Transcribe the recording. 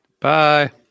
Bye